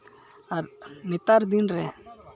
ᱟᱨ ᱱᱮᱛᱟᱨ ᱫᱤᱱ ᱨᱮ